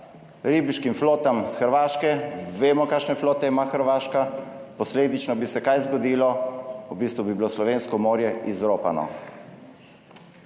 ribiškim flotam s Hrvaške. Vemo, kakšne flote ima Hrvaška, posledično bi se kaj zgodilo, v bistvu bi bilo slovensko morje izropano.